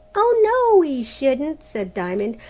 oh no! we shouldn't, said diamond.